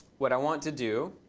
what i want to do